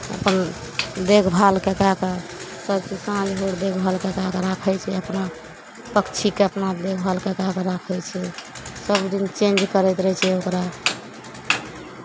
अपन देखभाल कए कए कऽ सभ किओ साँझ भोर देखभाल कए कए कऽ ओकरा राखै छै अपना पक्षीकेँ अपना देखभाल कए कए कऽ ओकरा राखै छै सभ दिन चेंज करैत रहै छै ओकरा